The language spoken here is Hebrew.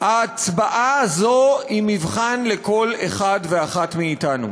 ההצבעה הזאת היא מבחן לכל אחד ואחת מאתנו.